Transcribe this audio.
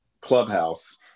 Clubhouse